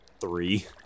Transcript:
Three